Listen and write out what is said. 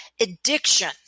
Addiction